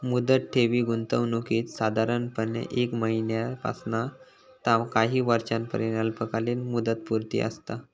मुदत ठेवी गुंतवणुकीत साधारणपणे एक महिन्यापासना ता काही वर्षांपर्यंत अल्पकालीन मुदतपूर्ती असता